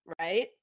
right